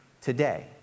today